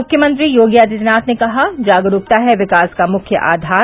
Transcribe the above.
मुख्यमंत्री योगी आदित्यनाथ ने कहा जागरूकता है विकास का मुख्य आधार